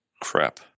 crap